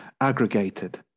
aggregated